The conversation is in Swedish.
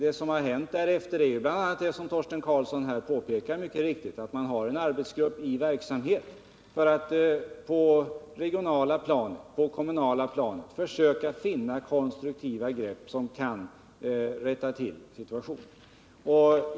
Vad som har hänt därefter är bl.a., som Torsten Karlsson mycket riktigt påpekar, att man har en arbetsgrupp i verksamhet för att på det regionala och kommunala planet försöka finna konstruktiva grepp som kan rätta till situationen.